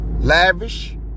Lavish